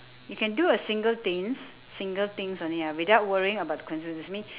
you can do a single things single things only ah without worrying about the consequences mean